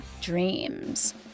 dreams